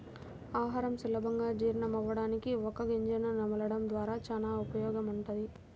ఆహారం సులభంగా జీర్ణమవ్వడానికి వక్క గింజను నమలడం ద్వారా చానా ఉపయోగముంటది